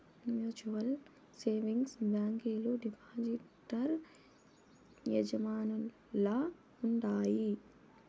mutual savings బ్యాంకీలు depositor యాజమాన్యంల ఉండాయి